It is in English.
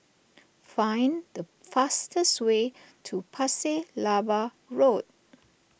find the fastest way to Pasir Laba Road